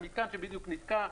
איזשהו מתקן שבדיוק נתקע.